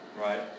right